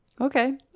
Okay